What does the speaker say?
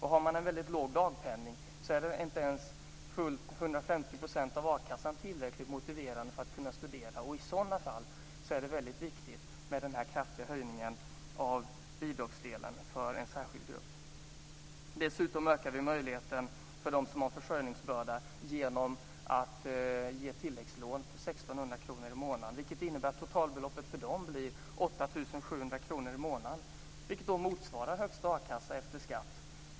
Har man en väldigt låg dagpenning är inte ens 150 % av a-kassan tillräckligt motiverande för att man ska börja studera. I sådana fall är det viktigt med en kraftig höjning av bidragsdelen för en särskild grupp. Dessutom ökar vi möjligheten för dem som har en försörjningsbörda genom att ge tilläggslån på 1 600 kr i månaden. Det innebär att totalbeloppet för dem blir 8 700 kr i månaden, vilket motsvarar den högsta a-kassan efter skatt.